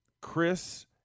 Chris